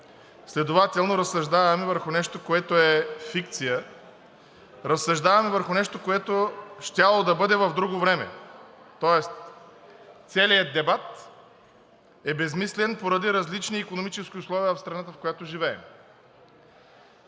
Следователно разсъждаваме върху нещо, което е фикция, разсъждаваме върху нещо, което щяло да бъде в друго време. Тоест целият дебат е безсмислен поради различни икономически условия в страната, в която живеем.